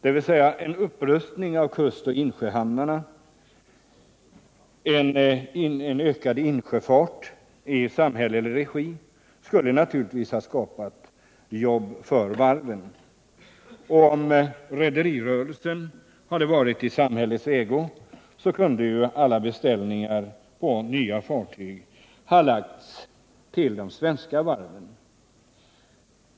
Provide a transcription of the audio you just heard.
En upprustning av kustoch insjöhamnarna och en ökad insjöfart i samhällelig regi skulle naturligtvis ha skapat jobb för varven. Och om rederirörelsen hade varit i samhällets ägo kunde ju alla beställningar på nya fartyg ha lagts på svenska varv.